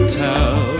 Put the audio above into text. tell